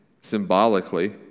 symbolically